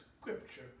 scripture